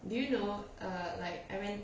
do you know err like went